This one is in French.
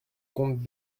compte